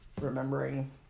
remembering